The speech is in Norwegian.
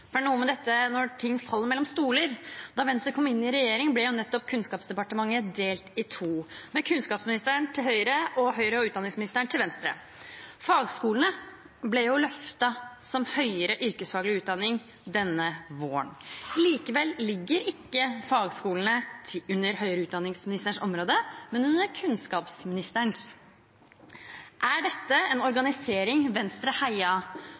når noe faller mellom to stoler. Da Venstre kom inn i regjering, ble nettopp Kunnskapsdepartementet delt i to, med kunnskapsministeren til Høyre og høyere utdanningsministeren til Venstre. Fagskolene ble jo løftet som høyere yrkesfaglig utdanning denne våren. Likevel ligger ikke fagskolene under høyere utdanningsministerens område, men under kunnskapsministerens. Er dette en organisering Venstre